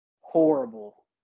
horrible